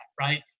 right